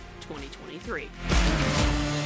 2023